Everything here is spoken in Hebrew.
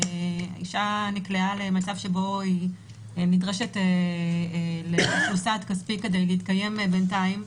אישה נקלעה למצב שבו היא נדרשת לסעד כספי כדי להתקיים בינתיים.